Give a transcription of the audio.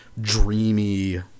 dreamy